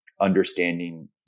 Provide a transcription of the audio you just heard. understanding